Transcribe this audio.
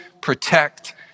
protect